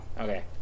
Okay